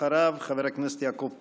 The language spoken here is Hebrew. אחריו, חבר הכנסת יעקב טסלר.